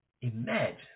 Imagine